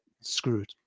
screwed